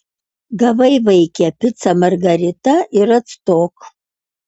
gavai vaike picą margaritą ir atstok